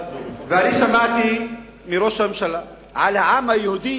שמעתי מראש הממשלה על העם היהודי,